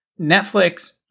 Netflix